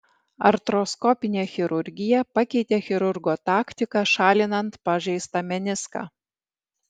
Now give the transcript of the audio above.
artroskopinė chirurgija pakeitė chirurgo taktiką šalinant pažeistą meniską